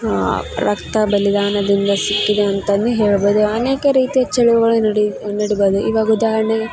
ರಕ್ತ ಬಲಿದಾನದಿಂದ ಸಿಕ್ಕಿದೆ ಅಂತನೇ ಹೇಳ್ಬೋದು ಅನೇಕ ರೀತಿಯ ಚಳವಳಿ ನಡೆದಿದೆ ನಡಿಬೋದು ಇವಾಗ ಉದಾಹರಣೆ